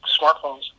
smartphones